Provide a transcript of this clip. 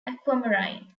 aquamarine